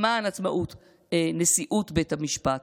למען עצמאות נשיאות בית המשפט.